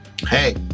hey